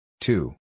Two